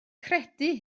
credu